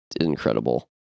incredible